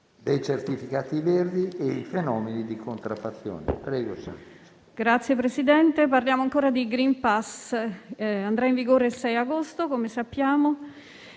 dei certificati verdi e sui fenomeni di contraffazione, per